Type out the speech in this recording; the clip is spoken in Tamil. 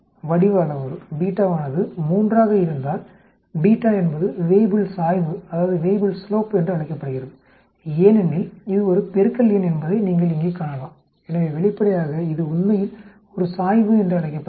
வடிவ அளவுரு ஆனது 3 ஆக இருந்தால் பீட்டா என்பது வேய்புல் சாய்வு என்றும் அழைக்கப்படுகிறது ஏனெனில் இது ஒரு பெருக்கல் எண் என்பதை நீங்கள் இங்கே காணலாம் எனவே வெளிப்படையாக இது உண்மையில் ஒரு சாய்வு என்று அழைக்கப்படுகிறது